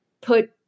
put